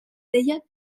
deia